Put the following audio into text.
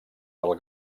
del